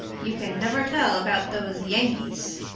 you can never tell about those yankees.